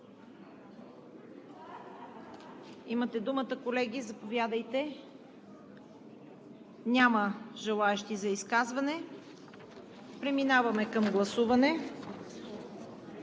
Имате думата колеги, заповядайте. Няма желаещи за изказвания. Преминаваме към гласуване.